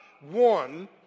one